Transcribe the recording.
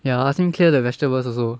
ya ask him clear the vegetables also